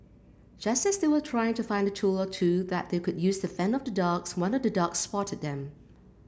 just as they were trying to find a tool or two that they could use to fend off the dogs one of the dogs spotted them